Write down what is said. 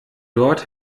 dort